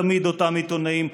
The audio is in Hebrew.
תמיד אותם עיתונאים.